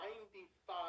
95